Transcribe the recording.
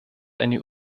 eine